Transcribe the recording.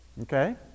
Okay